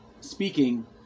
speaking